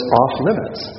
off-limits